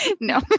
no